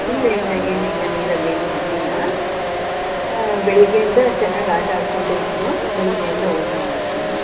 ಇಲ್ಲ ಇಲ್ಲ ಏನು ಇಲ್ಲ ನೀರಲ್ಲೇನು ಬಿಟ್ಟಿಲ್ಲ ಬೆಳಗ್ಗೆಯಿಂದ ಚೆನ್ನಾಗಿ ಆಟಾಡಿಕೊಂಡೆ ಇದ್ಳು ಬೆಳಗ್ಗೆಯೆಲ್ಲ ಊಟ ಮಾಡಿದ್ಲು